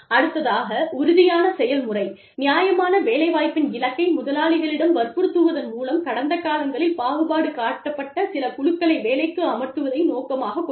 அடுத்ததாக உறுதியான செயல்முறை நியாயமான வேலைவாய்ப்பின் இலக்கை முதலாளிகளிடம் வற்புறுத்துவதன் மூலம் கடந்த காலங்களில் பாகுபாடு காட்டப்பட்ட சில குழுக்களை வேலைக்கு அமர்த்துவதை நோக்கமாகக் கொண்டுள்ளது